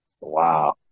Wow